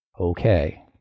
Okay